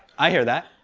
i hear that.